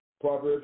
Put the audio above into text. Proverbs